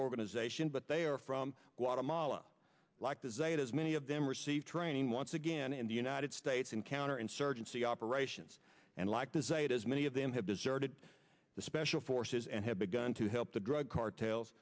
organization but they are from guatemala like to say as many of them receive training once again in the united states in counterinsurgency operations and like the zetas many of them have deserted the special forces and have begun to help the drug cartels